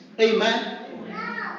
Amen